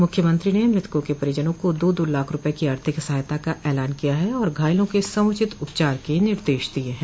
मुख्यमंत्री ने मृतकों के परिजनों को दो दो लाख रूपये की आर्थिक सहायता का ऐलान किया है और घायलों के समुचित उपचार के निर्देश दिये हैं